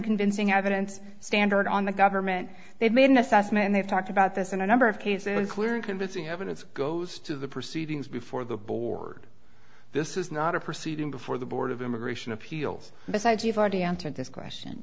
convincing evidence standard on the government they've made an assessment and they've talked about this in a number of cases clear and convincing evidence goes to the proceedings before the board this is not a proceeding before the board of immigration appeals besides you've already answered this question